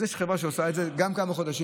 יש חברה שעושה את זה גם כמה חודשים.